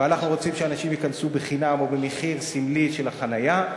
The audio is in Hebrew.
ואנחנו רוצים שאנשים ייכנסו חינם או במחיר סמלי של החניה,